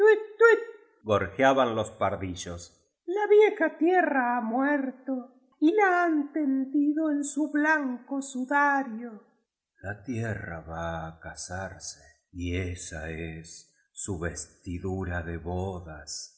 gorjeaban los pardillos la vieja tierra ha muerto y la han tendido en su blanco sudario la tierra va á casarse y esa es su vestidura de bodas